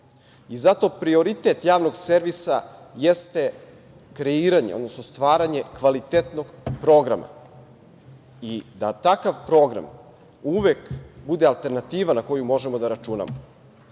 Zato prioritet javnog servisa jeste kreiranje, odnosno stvaranje kvalitetnog programa i da takav program uvek bude alternativa na koju možemo da računamo.